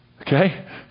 Okay